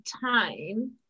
time